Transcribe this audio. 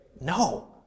No